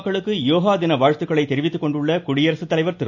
மக்களுக்கு யோகா தின வாழ்த்துக்களை தெரிவித்துக் கொண்டுள்ள நாட்டு குடியரசுத்தலைவர் திரு